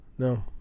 No